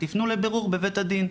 תפנו לבירור בבית הדין'.